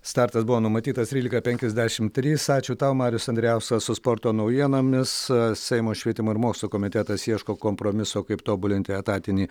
startas buvo numatytas trylika penkiasdešim trys ačiū tau marius andrijauskas su sporto naujienomis seimo švietimo ir mokslo komitetas ieško kompromiso kaip tobulinti etatinį